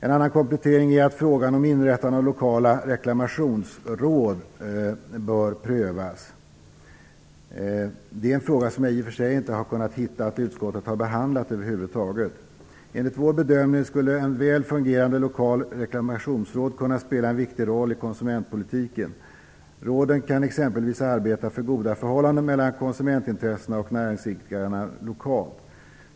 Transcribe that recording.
En annan komplettering är att frågan om inrättande av lokala reklamationsråd bör prövas. Det är en frågan som jag i och för sig inte kunnat se att utskottet över huvud taget har behandlat. Enligt vår bedömning skulle väl fungerande lokala reklammationsråd kunna spela en viktig roll i konsumentpolitiken. Råden kan exempelvis arbeta för goda förhållanden mellan konsumentintressena och näringsidkarna lokalt.